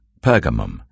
Pergamum